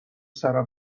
سرم